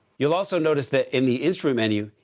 you'll also notice that in the instrument menu,